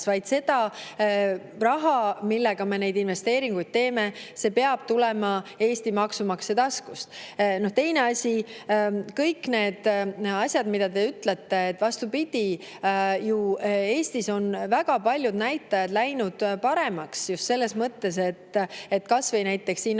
vaid see raha, millega me neid investeeringuid teeme, peab tulema Eesti maksumaksja taskust. Teine asi: kõik need asjad, mida te ütlesite – vastupidi, Eestis on väga paljud näitajad läinud paremaks, kas või näiteks